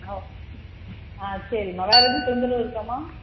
ஆ okay ஆ சரிம்மா வேறு எதுவும் தொந்தரவு இருக்காம்மா